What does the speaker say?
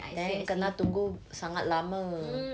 then kena tunggu sangat lama